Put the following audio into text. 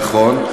נכון.